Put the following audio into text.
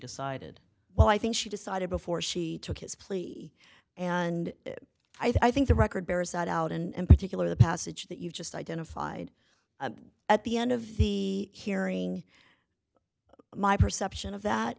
decided well i think she decided before she took his plea and i think the record bears that out and particular the passage that you just identified at the end of the hearing my perception of that